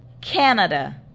Canada